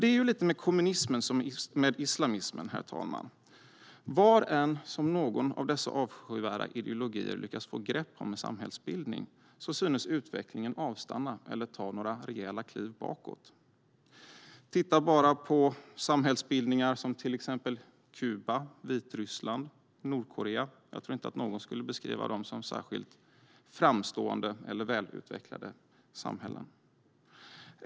Det är lite med kommunismen som med islamismen. Var än någon av dessa avskyvärda ideologier lyckas få grepp om en samhällsbildning synes utvecklingen avstanna eller ta några rejäla kliv bakåt. Titta bara på samhällsbildningar som Kuba, Vitryssland och Nordkorea! Jag tror inte att någon skulle beskriva dem som särskilt framstående eller välutvecklade samhällen.